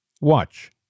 Watch